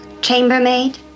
chambermaid